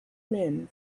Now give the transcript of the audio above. men